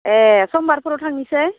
ए समबारफोराव थांनोसै